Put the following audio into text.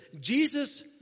Jesus